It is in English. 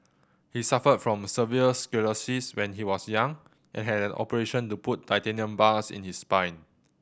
he suffered from severe sclerosis when he was young and had an operation to put titanium bars in his spine